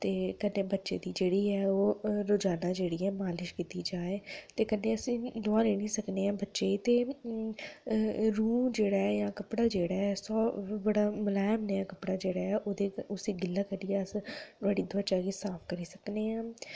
ते कन्नै बच्चे दी जेह्ड़ी ऐ ओह् जेह्ड़ी ऐ मालश कीती जा ते कन्नै उसी नुहाली बी सकनेआं बच्चे गी रूह जेह्ड़ा ऐ कपड़े जेह्ड़ा ऐ बड़ा मलैम कपड़ा जेह्ड़ा ऐ उसी गिल्ला करियै नुहाड़ी त्वचा गी साफ करी सकनेआं